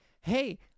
hey